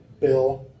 Bill